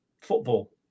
football